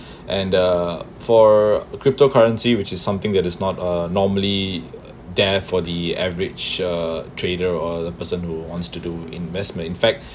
and the for crypto currency which is something that is not a normally there for the average a trader or the person who wants to do investment in fact